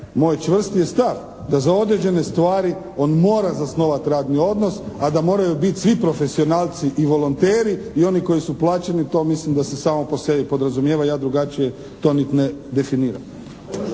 Moj čvrsti je stav da za određene stvari on mora zasnovati radni odnos, a da moraju biti svi profesionalci i volonteri i oni koji su plaćeni, to mislim da se samo po sebi podrazumijeva, ja drugačije to niti ne definiram.